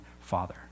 father